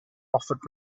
offered